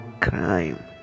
crime